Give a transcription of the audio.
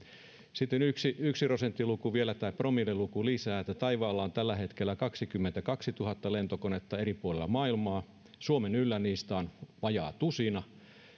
sitten yksi yksi prosenttiluku tai promilleluku vielä lisää taivaalla on tällä hetkellä kaksikymmentäkaksituhatta lentokonetta eri puolilla maailmaa suomen yllä niistä on vajaa tusina